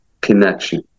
connection